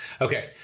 Okay